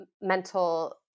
mental